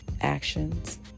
actions